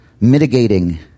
mitigating